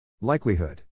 Likelihood